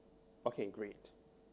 okay great